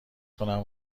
کنم